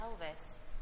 pelvis